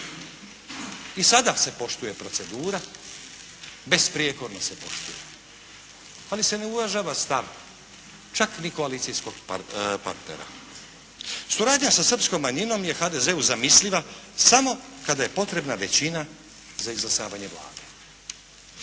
I sada se poštuje procedura, besprijekorno se poštuje, ali se ne uvažava stav, čak ni koalicijskog partnera. Suradnja sa srpskom manjinom je HDZ-u zamisliva samo kada je potrebna većina za izglasavanje Vlade.